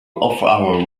our